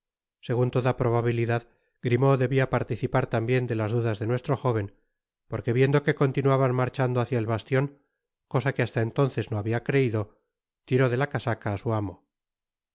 segun toda probabilidad grimaud debia participar tambien de las dudas de nuestro jóven porque viendo que continuaban marchando hácia el bastion cosa que hasta entonces no habia creido tiró de la casaca á su amo